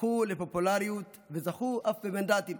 זכו לפופולריות וזכו אף במנדטים,